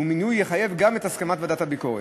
ומינויו יחייב גם את הסכמת ועדת הביקורת.